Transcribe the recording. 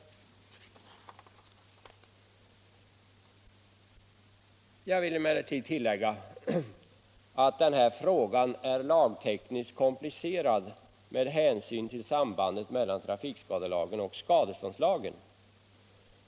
Jag vill emellertid tillägga att denna fråga är lagtekniskt komplicerad med hänsyn till sambandet mellan trafikskadelagen och skadeståndslagen.